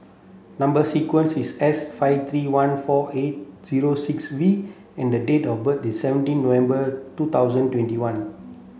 number sequence is S five three one four eight zero six V and the date of birth is seventeen November two thousand twenty one